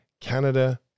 Canada